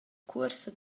cuorsa